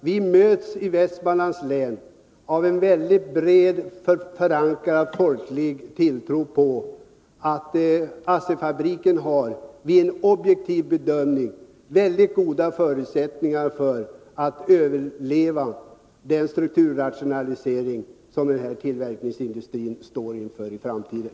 Vi möts i Västmanlands län av mycket brett förankrad folklig tilltro till att ASSI-fabriken, vid objektiv bedömning, har väldigt goda förutsättningar att överleva den strukturrationalisering som den här tillverkningsindustrin står inför i framtiden.